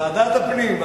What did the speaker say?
ועדת הפנים.